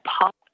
pop